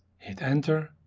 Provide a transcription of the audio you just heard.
hit enter,